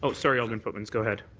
ah sorry, alderman pootmans. go ahead.